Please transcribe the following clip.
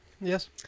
Yes